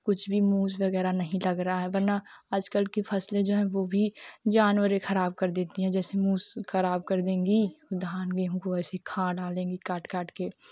कुछ भी मुज वगैरा नहीं लग रहा वरना आजकल की फसलें जो हैं वह भी जानवर ही ख़राब कर देती हैं जैसे मूस ख़राब कर देंगी धान गेहूँ को ऐसे खा डालेंगी काट काटकर